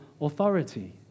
authority